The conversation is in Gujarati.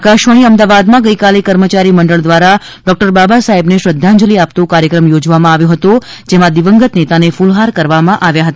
આકાશવાણી અમદાવાદમાં ગઇકાલે કર્મચારી મંડળ દ્વારા ડોક્ટર બાબાસાહેબને શ્રદ્ધાંજલિ આ તો કાર્યક્રમ યોજવામાં આવ્યો હતો જેમાં દિવંગત નેતાને કૃલહાર કરવામાં આવ્યા હતા